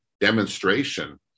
demonstration